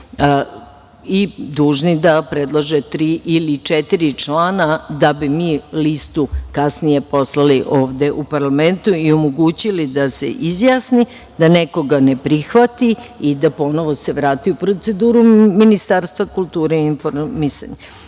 dužni da predlože tri ili četiri člana, da bi mi listu kasnije poslali ovde u parlamentu i omogućili da se izjasni, da nekoga ne prihvati i da ponovo se vrati u proceduru, Ministarstva kulture i informisanja. Kažem